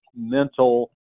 mental